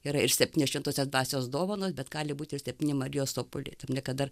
yra ir septynios šventosios dvasios dovanos bet gali būti ir septyni marijos sopuliai taip niekada ir